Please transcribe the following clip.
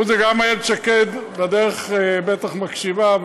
חוץ מזה, גם איילת שקד בדרך בטח מקשיבה,